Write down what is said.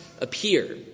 appear